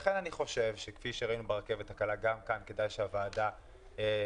לכן כפי שראינו ברכבת הקלה גם כאן כדאי שהוועדה תייצר